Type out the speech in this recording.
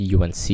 UNC